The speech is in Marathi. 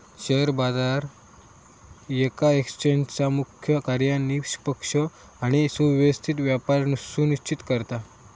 शेअर बाजार येका एक्सचेंजचा मुख्य कार्य निष्पक्ष आणि सुव्यवस्थित व्यापार सुनिश्चित करता